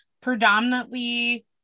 predominantly